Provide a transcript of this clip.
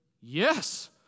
yes